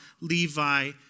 Levi